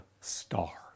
star